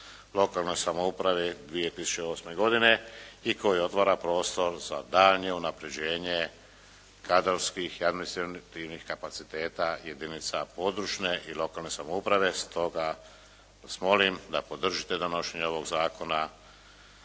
lokalnoj samoupravi 2008. godine i koji otvara prostor za daljnje unapređenje kadrovskih, administrativnih kapaciteta jedinica područne i lokalne samouprave. Stoga vas molim da podržite donošenje ovog zakona